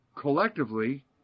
collectively